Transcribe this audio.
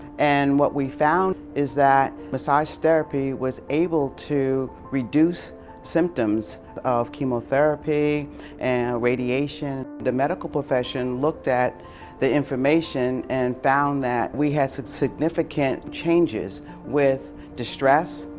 and what we found is that massage therapy was able to reduce symptoms of chemotherapy and radiation. the medical profession looked at the information and found that we had significant changes with distress,